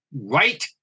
right